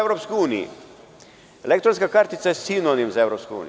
Elektronska kartica je sinonim za EU.